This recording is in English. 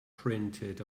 printed